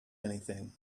anything